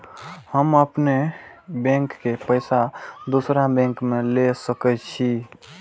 हम अपनों बैंक के पैसा दुसरा बैंक में ले सके छी?